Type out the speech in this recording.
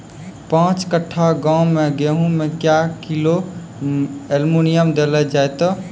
पाँच कट्ठा गांव मे गेहूँ मे क्या किलो एल्मुनियम देले जाय तो?